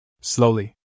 Slowly